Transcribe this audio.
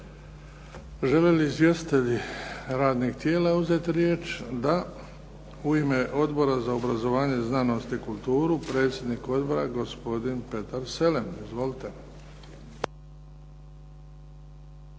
Žele li izvjestitelji radnih tijela uzeti riječ? Da. U ime Odbora za obrazovanje, znanost i kulturu predsjednik odbora gospodin Petar Selem. Izvolite.